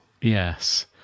Yes